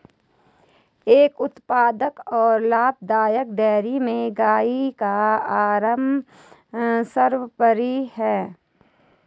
एक उत्पादक और लाभदायक डेयरी में गाय का आराम सर्वोपरि है